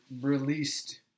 released